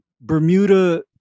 Bermuda